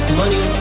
money